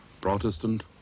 Protestant